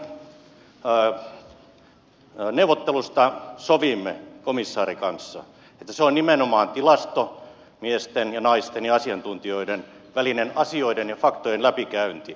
ensi viikon neuvottelusta sovimme komissaarin kanssa että se on nimenomaan tilastomiesten ja naisten ja asiantuntijoiden välinen asioiden ja faktojen läpikäynti